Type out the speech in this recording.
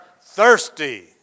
thirsty